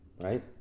right